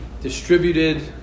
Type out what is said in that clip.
distributed